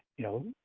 you know,